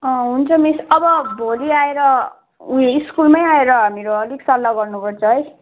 अँ हुन्छ मिस अब भोलि आएर उयो स्कुलमै आएर हामीहरू अलिक सल्लाह गर्नुपर्छ है